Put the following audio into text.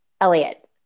Elliot